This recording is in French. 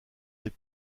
des